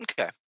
Okay